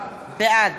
בעד